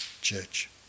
church